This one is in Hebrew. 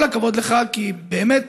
כל הכבוד לך, כי באמת